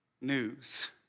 news